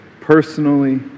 personally